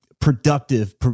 productive